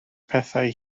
pethau